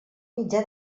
mitjà